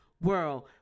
world